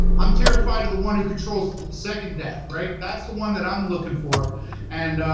i'm terrified of the one who controls the second death, right? that's the one that i'm looking for and